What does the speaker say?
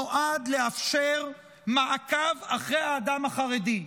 נועדה לאפשר מעקב אחרי האדם החרדי.